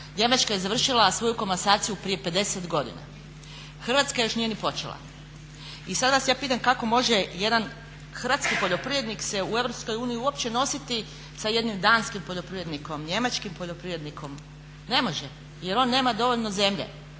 Njemačka je završila svoju komasaciju prije 50 godina. Hrvatska još nije ni počela. I sad vas ja pitam kako može jedan hrvatski poljoprivrednik se u EU uopće nositi sa jednim danskim poljoprivrednikom, njemačkim poljoprivrednikom? Ne može, jer on nema dovoljno zemlje.